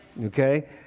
Okay